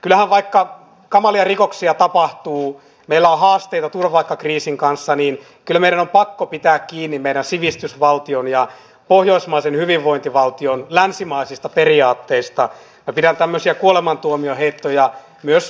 kylä vaikka kamalia rikoksia tapahtuu vielä haasteiden turvata kriisin kanssa niin kilmer on pakko tätä sataprosenttista valtionosuustakuuta noudatetaan ja uusia velvoitteita ei tule ilman sataprosenttista valtionosuutta